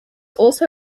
also